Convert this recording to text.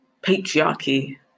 patriarchy